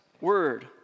word